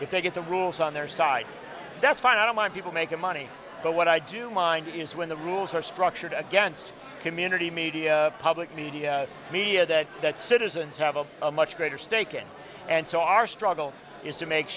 that they get the rules on their side that's fine i don't mind people making money but what i do mind is when the rules are structured against community media public media media that that citizens have a much greater stake in and so our struggle is to make